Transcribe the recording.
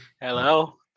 Hello